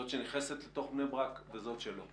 זאת שנכנסת לתוך בני ברק וזאת שלא.